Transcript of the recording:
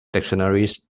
dictionaries